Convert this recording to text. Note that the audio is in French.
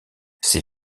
ses